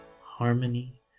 harmony